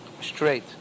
straight